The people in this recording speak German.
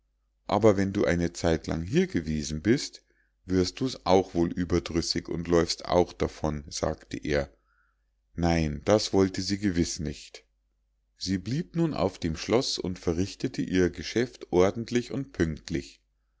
aber wenn du eine zeitlang hier gewesen bist wirst du's auch wohl überdrüssig und läufst auch davon sagte er nein das wollte sie gewiß nicht sie blieb nun auf dem schloß und verrichtete ihr geschäft ordentlich und pünktlich